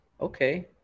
okay